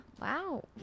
Wow